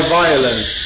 violence